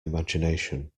imagination